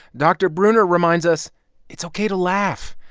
dr. breuner reminds us it's ok to laugh.